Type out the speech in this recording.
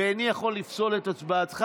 ואיני יכול לפסול את הצבעתך.